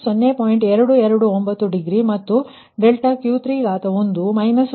229 degree ಮತ್ತು∆3ವು 0